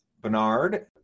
Bernard